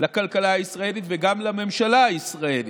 לכלכלה הישראלית וגם לממשלה הישראלית.